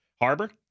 Harbor